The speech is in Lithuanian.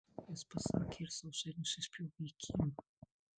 jis pasakė ir sausai nusispjovė į kiemą